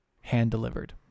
Hand-delivered